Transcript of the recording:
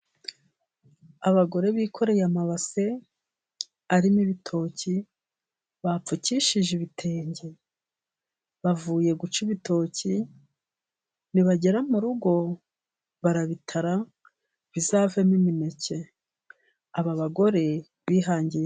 Abagore bikoreye amabase arimo ibitoki bapfukishije ibitenge. Bavuye guca ibitoki nibagera mu rugo barabitara bizavemo imineke. Aba bagore bihangiye